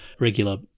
regular